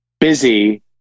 Busy